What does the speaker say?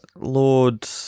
Lord